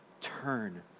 Turn